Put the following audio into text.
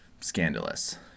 scandalous